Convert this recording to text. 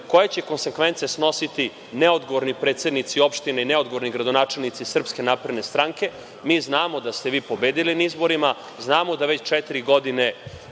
koje će konsekvence snositi neodgovorni predsednici opština i neodgovorni gradonačelnici SNS? Mi znamo da ste vi pobedili na izborima, znamo da već četiri godine